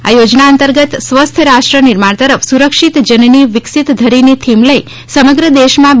આ યોજના અંતર્ગત સ્વસ્થ રાષ્ટ્ર નિર્માણ તરફ સુરક્ષિત જનની વિકસીત ધરીની ની થીમ લઇ સમગ્ર દેશમાં તા